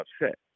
upset